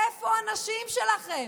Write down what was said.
איפה הנשים שלכם?